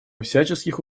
всяческих